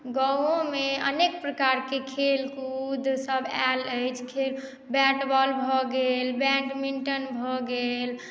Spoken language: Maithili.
गाँवोमे अनेक प्रकारके खेलकूद सभ आयल अछि खे बैट बॉल भऽ गेल बैडमिण्टन भऽ गेल